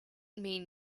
mean